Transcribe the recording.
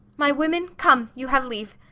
my women, come you have leave.